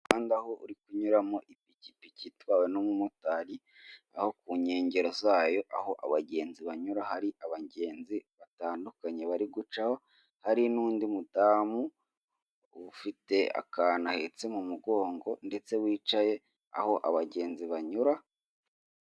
Umuhanda aho uri kunyuramo ipikipiki itwawe n'umumotari aho ku nkengero zayo aho abagenzi banyura hari abagenzi batandukanye bari gucaho hari n'undi mudamu ufite akanu ahetse mu mugongo ndetse wicaye aho abagenzi banyura.